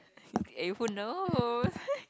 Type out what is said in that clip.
eh who knows